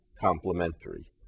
complementary